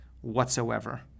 whatsoever